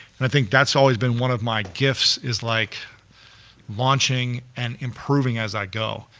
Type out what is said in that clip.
and i think that's always been one of my gifts, is like launching and improving as i go.